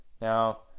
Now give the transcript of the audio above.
Now